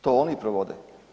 To oni provode.